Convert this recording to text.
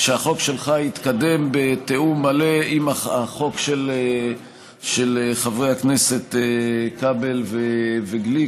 שהחוק שלך יתקדם בתיאום מלא עם החוק של חברי הכנסת כבל וגליק,